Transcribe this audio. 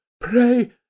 Pray